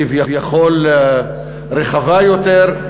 כביכול רחבה יותר,